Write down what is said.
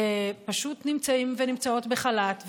פשוט נמצאים ונמצאות בחל"ת,